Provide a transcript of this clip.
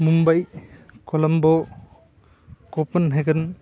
Mumbai Colombo कोपन् हेगन्